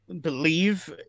believe